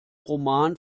roman